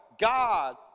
God